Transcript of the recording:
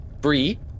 brie